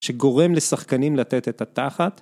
שגורם לשחקנים לתת את התחת?